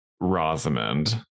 Rosamond